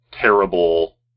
terrible